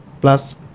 plus